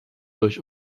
durch